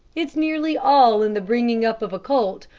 it's nearly all in the bringing up of a colt,